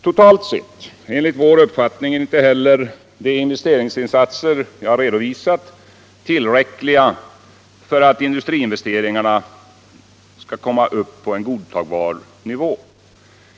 Totalt sett är enligt vår uppfattning inte heller de investeringsinsatser jag redovisat tillräckliga för att upprätthålla industriinvesteringarna på godtagbar nivå.